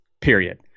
period